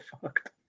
fucked